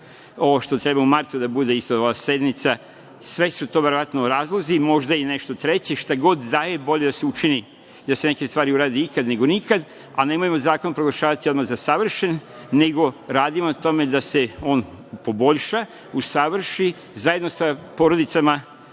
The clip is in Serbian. što treba da bude ova sednica, sve su to verovatno razlozi, možda i nešto treće. Šta god da je, bolje da se neke stvari urade ikad, nego nikad, ali nemojmo zakon odmah proglašavati kao da je savršen, nego radimo na tome da se on poboljša, usavrši, zajedno sa porodicama